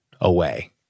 away